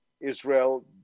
Israel